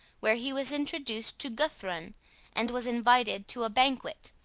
where he was introduced to guthrun and was invited to a banquet,